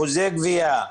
אחוזי גבייה,